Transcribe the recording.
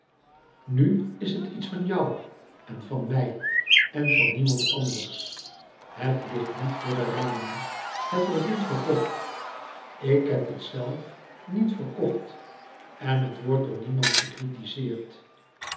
nu is het iets van jou en van mij en van niemand anders het ligt niet voor de ramen het wordt niet verkocht ik heb het zelf niet verkocht en het wordt door niemand